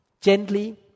Gently